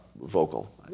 vocal